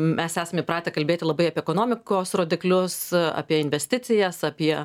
mes esam įpratę kalbėti labai apie ekonomikos rodiklius apie investicijas apie